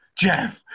Jeff